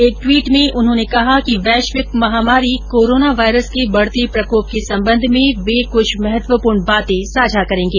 एक ट्वीट में उन्होंने कहा कि वैश्विक महामारी कोरोना वायरस के बढते प्रकोप के संबंध में वे कुछ महत्वपूर्ण बाते साझा करेंगे